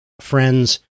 friends